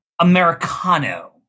Americano